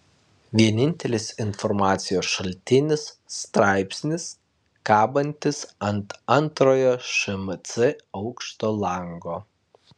vienintelis informacijos šaltinis straipsnis kabantis ant antrojo šmc aukšto lango